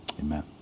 Amen